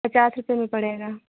पचास रुपये में पड़ेगा